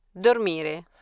dormire